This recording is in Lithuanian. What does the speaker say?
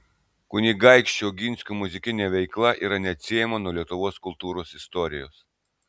kunigaikščių oginskių muzikinė veikla yra neatsiejama nuo lietuvos kultūros istorijos